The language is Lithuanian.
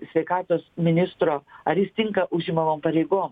sveikatos ministro ar jis tinka užimamom pareigom